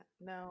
no